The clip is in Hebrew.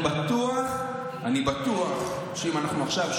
ואני בטוח שאם אנחנו עכשיו,